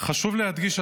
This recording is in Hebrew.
חשוב להדגיש,